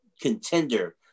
Contender